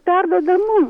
perduoda mum